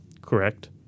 Correct